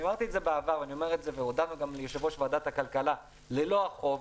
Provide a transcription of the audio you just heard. אני אמרתי את זה בעבר והודעתי גם ליושב-ראש ועדת הכלכלה שללא החוב,